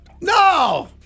No